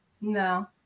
No